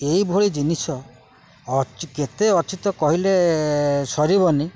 ଏଇଭଳି ଜିନିଷ କେତେ ଅଛି ତ କହିଲେ ସରିବନି